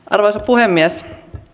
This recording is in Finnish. arvoisa puhemies